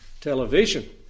television